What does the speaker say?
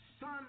son